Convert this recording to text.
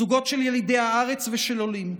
זוגות של ילידי הארץ ושל עולים,